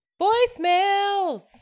voicemails